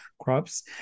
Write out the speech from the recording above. crops